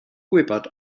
gwybod